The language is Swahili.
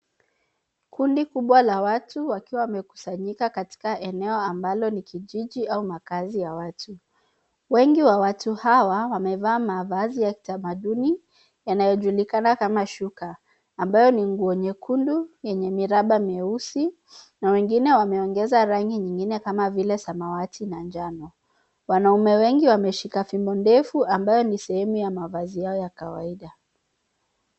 Kundi kubwa la watu wakiwa wamekusanyika katika eneo ambalo ni kijiji au makaazi ya watu. Wengi wa watu hawa wamevaa mavazi ya kitamaduni yanayojulikana kama shuka, ambayo ni nguo nyekundu yenye miraba mieusi na wengine wameongeza rangi nyingine kama vile samawati na njano. Wanaume wengi wameshika fimbo ndefu ambayo ni sehemu ya mavazi yao ya kawaida.